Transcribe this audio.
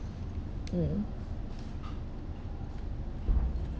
mm